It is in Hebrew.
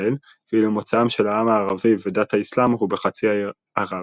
ישראל ואילו מוצאם של העם הערבי ודת האסלאם הוא בחצי האי ערב.